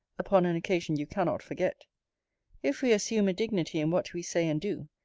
upon an occasion you cannot forget if we assume a dignity in what we say and do,